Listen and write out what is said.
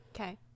Okay